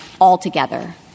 altogether